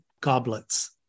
goblets